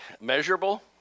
measurable